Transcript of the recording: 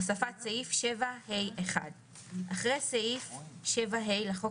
"הוספת סעיף 7ה1 1א. אחרי סעיף 7ה לחוק